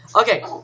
Okay